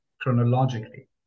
chronologically